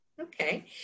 Okay